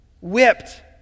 whipped